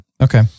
Okay